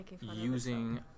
using